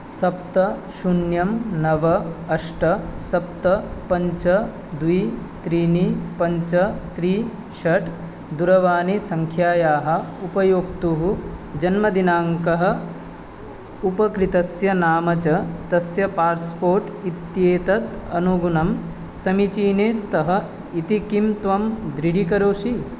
सप्त शून्यं नव अष्ट सप्त पञ्च द्वि त्रीणि पञ्च त्रि षड् दूरवाणीसङ्ख्यायाः उपयोक्तुः जन्मदिनाङ्कः उपकृतस्य नाम च तस्य पास्पोट् इत्येतत् अनुगुणं समिचीने स्तः इति किं त्वं दृढीकरोषि